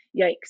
Yikes